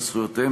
של זכויותיהם,